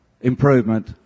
improvement